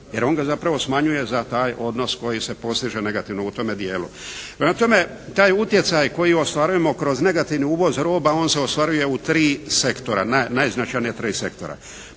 Jer on ga zapravo smanjuje za taj odnos koji se postiže negativno u tome dijelu. Prema tome, taj utjecaj koji ostvarujemo kroz negativni uvoz roba, on se ostvaruje u tri sektora, najznačajnija tri sektora: